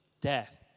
death